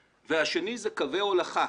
והשני אלה הם קווי ההולכה,